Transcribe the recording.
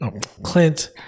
Clint